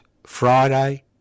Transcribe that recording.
Friday